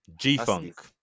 G-Funk